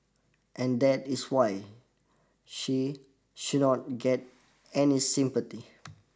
and that is why she she not get any sympathy